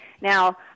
Now